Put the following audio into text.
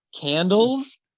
candles